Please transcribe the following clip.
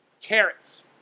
carrots